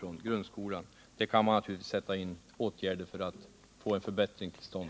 Här borde åtgärder kunna sättas in för att vi skall få en förbättring till stånd.